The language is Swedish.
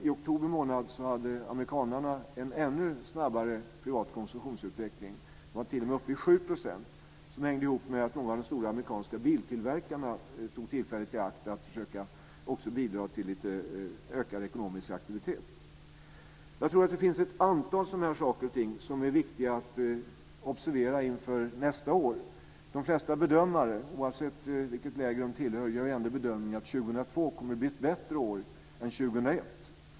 I oktober hade amerikanerna en ännu snabbare privat konsumtionsökning. Den var t.o.m. uppe i 7 %. Det hängde ihop med att många av de amerikanska stora biltillverkarna tog tillfället i akt att bidra till en ökad ekonomisk aktivitet. Det finns ett antal saker om är viktiga att observera inför nästa år. De flesta bedömare, oavsett vilket läger de tillhör, förutspår att 2002 kommer att bli ett bättre år än 2001.